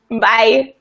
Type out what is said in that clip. bye